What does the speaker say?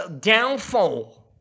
downfall